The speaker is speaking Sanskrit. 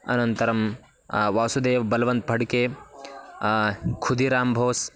अनन्तरं वासुदेव् बल्वन्त् फ़ड्के खुदिराम् भोस्